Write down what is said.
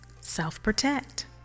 self-protect